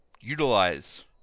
utilize